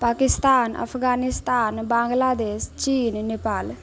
Pakistan Afghanistan Bangladesh Chin Nepal